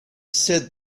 said